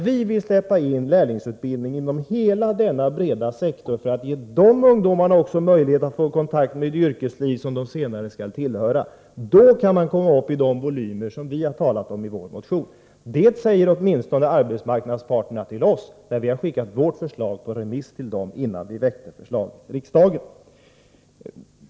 Vi vill släppa in lärlingsutbildningen inom hela denna breda sektor, för att ge också dessa ungdomar möjlighet att få kontakt med det yrkesliv som de senare skall tillhöra. Då kan man också komma upp till de volymer som vi talat om i vår motion — det sade åtminstone arbetsmarknadens parter till oss, när vi skickade ut vårt förslag på remiss till dem innan vi väckte förslaget i riksdagen.